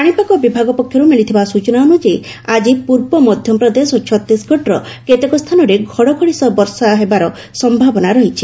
ପାଣିପାଗ ବିଭାଗ ପକ୍ଷରୁ ମିଳିଥିବା ସୂଚନା ଅନୁଯାୟୀ ଆଜି ପୂର୍ବ ମଧ୍ୟପ୍ରଦେଶ ଓ ଛତିଶଗଡ଼ର କେତେକ ସ୍ଥାନରେ ଘଡ଼ଘଡ଼ି ସହ ବର୍ଷା ହେବାର ସମ୍ଭାବନା ରହିଛି